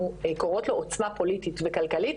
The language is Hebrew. קוראות לו "עוצמה פוליטית וכלכלית",